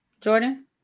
jordan